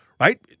right